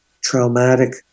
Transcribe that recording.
traumatic